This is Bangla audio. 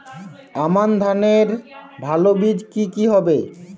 আমান ধানের ভালো বীজ কি কি হবে?